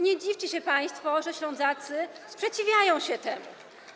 Nie dziwcie się państwo, że Ślązacy sprzeciwiają się temu.